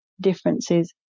differences